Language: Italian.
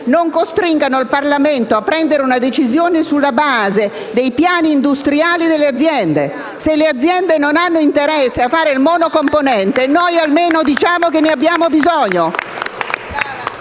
non costringano il Parlamento a prendere una decisione sulla base dei piani industriali delle aziende stesse. Se queste non hanno interesse a fare il monocomponente, noi almeno diciamo che ne abbiamo bisogno.